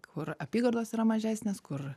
kur apygardos yra mažesnės kur